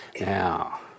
Now